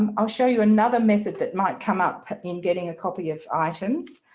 um i'll show you another method that might come up in getting a copy of items.